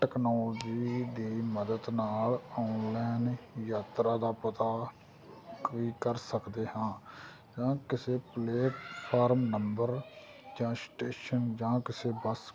technology ਦੀ ਮਦਦ ਨਾਲ ਔਨਲਾਇਨ ਯਾਤਰਾ ਦਾ ਪਤਾ ਵੀ ਕਰ ਸਕਦੇ ਹਾਂ ਜਾਂ ਕਿਸੇ ਪਲੇਟਫਾਰਮ ਨੰਬਰ ਜਾਂ ਸਟੇਸ਼ਨ ਜਾਂ ਕਿਸੇ ਬੱਸ